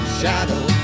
shadow